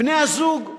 בני-הזוג,